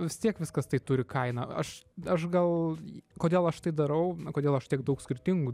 vis tiek viskas tai turi kainą aš aš gal kodėl aš tai darau kodėl aš tiek daug skirtingų